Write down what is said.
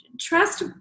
trust